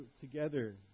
together